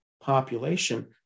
population